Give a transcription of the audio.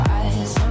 eyes